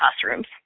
classrooms